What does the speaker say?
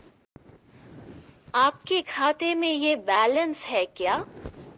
आपके खाते में यह बैलेंस है क्या?